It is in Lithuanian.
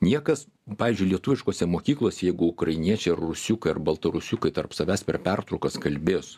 niekas pavyzdžiui lietuviškose mokyklose jeigu ukrainiečiai rusiukai ar baltarusiukai tarp savęs per pertraukas kalbės